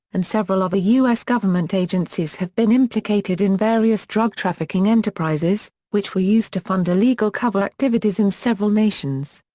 and several other u s. government agencies have been implicated in various drug trafficking enterprises, which were used to fund illegal covert activities in several nations.